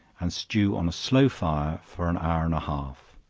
and stew on a slow fire for an hour and a half